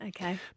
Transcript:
Okay